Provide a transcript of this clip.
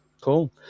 Cool